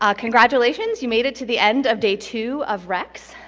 ah congratulations, you made it to the end of day two of recs.